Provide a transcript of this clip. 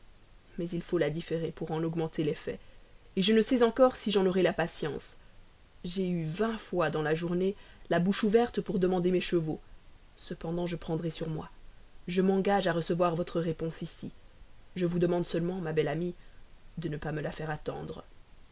mais il faut la différer pour en augmenter l'effet je ne sais encore si j'en aurai la patience j'ai eu vingt fois dans la journée la bouche ouverte pour demander mes chevaux cependant je prendrai sur moi je m'engage à recevoir votre réponse ici je vous demande seulement ma belle amie de ne pas me la faire attendre